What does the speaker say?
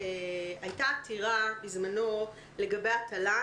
הייתה בזמנו עתירה לבית המשפט לגבי התל"ן,